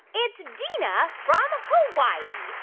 it's dina from hawaii.